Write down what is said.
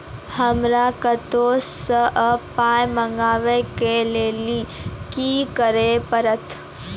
हमरा कतौ सअ पाय मंगावै कऽ लेल की करे पड़त?